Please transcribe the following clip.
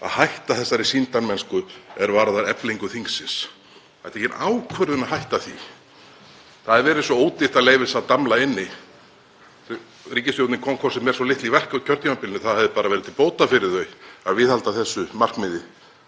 að hætta þessari sýndarmennsku er varðar eflingu þingsins. Það var tekin ákvörðun um að hætta því. Það hefði verið svo ódýrt að leyfa þessu að damla inni. Ríkisstjórnin kom hvort sem er svo litlu í verk á kjörtímabilinu að það hefði bara verið til bóta fyrir þau að viðhalda þessu markmiði